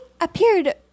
appeared